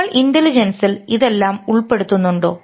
നമ്മൾ ഇന്റലിജൻസിൽ ഇതെല്ലാം ഉൾപ്പെടുത്തുന്നുണ്ടോ